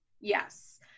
Yes